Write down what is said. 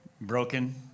broken